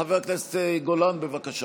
חבר הכנסת גולן, בבקשה.